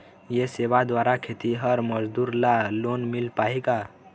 ये सेवा द्वारा खेतीहर मजदूर ला लोन मिल पाही का?